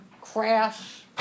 Crash